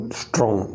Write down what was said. strong